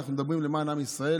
אנחנו מדברים למען עם ישראל,